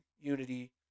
unity